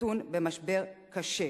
נתון במשבר קשה.